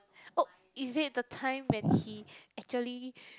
oh is it the time when he actually